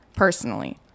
Personally